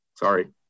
sorry